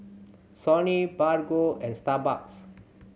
Sony Bargo and Starbucks